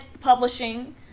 publishing